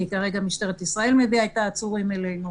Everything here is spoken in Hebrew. כי כרגע משטרת ישראל מביאה את העצורים אלינו.